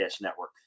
Network